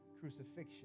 crucifixion